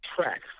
track